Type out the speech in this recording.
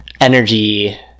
energy